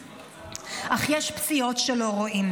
אך יש פציעות שלא רואים,